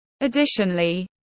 Additionally